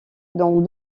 dont